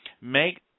make